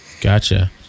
Gotcha